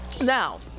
Now